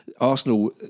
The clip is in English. Arsenal